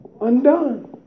Undone